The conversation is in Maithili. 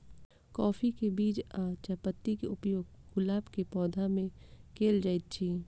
काफी केँ बीज आ चायपत्ती केँ उपयोग गुलाब केँ पौधा मे केल केल जाइत अछि?